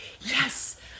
yes